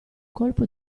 colpo